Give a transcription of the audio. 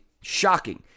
Shocking